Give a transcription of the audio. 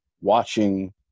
watching